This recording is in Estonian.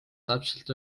täpselt